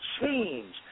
change